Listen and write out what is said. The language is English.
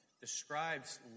describes